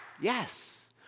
Yes